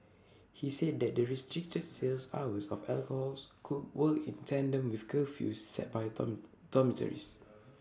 he said that the restricted sales hours of alcohols could work in tandem with curfews set by done dormitories